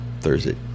Thursday